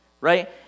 right